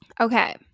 Okay